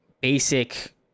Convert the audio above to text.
basic